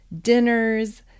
dinners